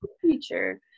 future